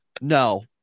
No